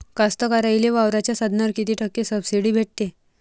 कास्तकाराइले वावराच्या साधनावर कीती टक्के सब्सिडी भेटते?